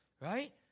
right